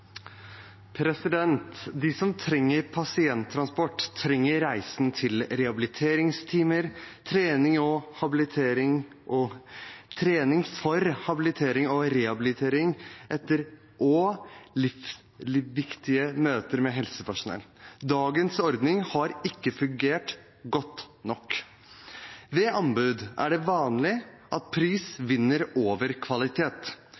innstillinga. De som trenger pasienttransport, trenger reisen til rehabiliteringstimer, trening for habilitering og rehabilitering eller livsviktige møter med helsepersonell. Dagens ordning har ikke fungert godt nok. Ved anbud er det vanlig at pris vinner over kvalitet.